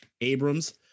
Abrams